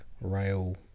rail